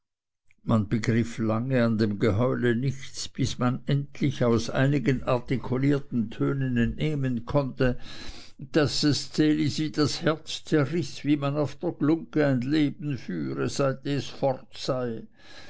man begriff lange an dem geheule nichts bis man endlich aus einigen artikulierten tönen entnehmen konnte daß es elisi das herz zerriß wie man auf der glungge ein leben führe seit es fort sei